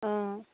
অঁ